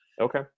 Okay